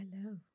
hello